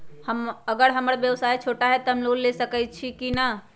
अगर हमर व्यवसाय छोटा है त हम लोन ले सकईछी की न?